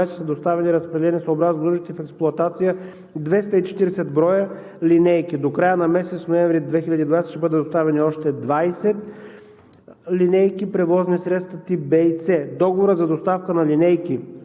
доставени и разпределени съобразно нуждите в експлоатация 240 броя линейки. До края на месец ноември 2020 г. ще бъдат доставени още 20 линейки – превозни средства тип В и С. Договорът за доставка на 78